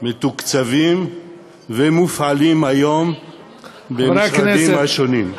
מתוקצבים ומופעלים היום במשרדים השונים.